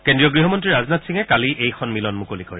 কেন্দ্ৰীয় গৃহমন্ত্ৰী ৰাজনাথ সিঙে কালি এই সম্মিলন মুকলি কৰে